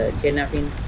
kidnapping